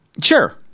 Sure